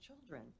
children